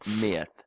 myth